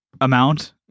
amount